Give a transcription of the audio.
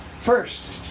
First